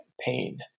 pain